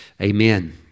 amen